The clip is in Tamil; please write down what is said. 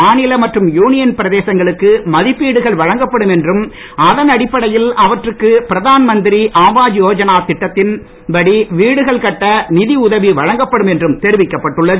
மாநில மற்றும் யூனியன் பிரதேசங்களுக்கு மதிப்பீடுகள் வழங்கப்படும் என்றும் அதன் அடிப்படையில் அவற்றுக்கு பிரதான் மந்திரி ஆவாஜ் யோஜனா திட்டத்தின்படி வீடுகள் கட்ட நிதி உதவி வழங்கப்படும் என்றும் தெரிவிக்கப்பட்டு உள்ளது